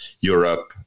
europe